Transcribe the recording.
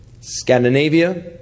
Scandinavia